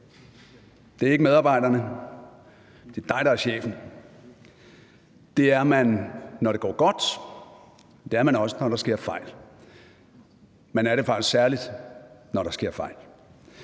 det er ikke medarbejderne; det er dig, der er chefen. Det er man, når det går godt, og det er man også, når der sker fejl. Man er det faktisk særligt, når der sker fejl.